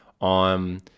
on